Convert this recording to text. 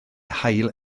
hail